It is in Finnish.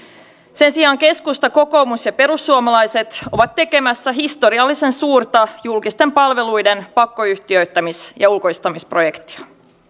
sen sijaan keskusta kokoomus ja perussuomalaiset ovat tekemässä historiallisen suurta julkisten palveluiden pakkoyhtiöittämis ja ulkoistamisprojektia